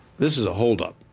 this is a holdup,